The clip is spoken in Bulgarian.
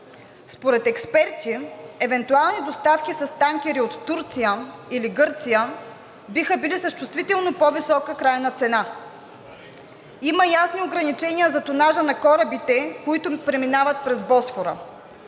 Според експерти евентуални доставки с танкери от Турция или Гърция биха били с чувствително по-висока крайна цена. Има ясни ограничения за тонажа на корабите, преминаващи през Босфора.